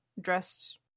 dressed